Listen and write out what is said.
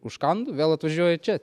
užkandu vėl atvažiuoju čia